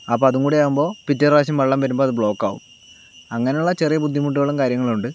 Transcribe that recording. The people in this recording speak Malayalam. അപ്പോൾ അതും കൂടെ ആവുമ്പോൾ പിറ്റേ പ്രാവശ്യം വെള്ളം വരുമ്പോൾ അത് ബ്ലോക്ക് ആവും അങ്ങനെയുള്ള ചെറിയ ബുദ്ധിമുട്ടുകളും കാര്യങ്ങളും ഉണ്ട്